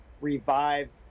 revived